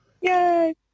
Yay